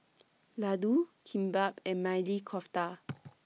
Ladoo Kimbap and Maili Kofta